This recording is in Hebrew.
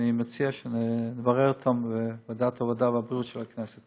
ואני מציע שנברר אותן בוועדת העבודה והבריאות של הכנסת.